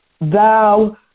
thou